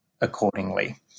accordingly